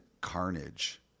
carnage